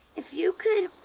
if you could